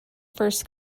first